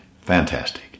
Fantastic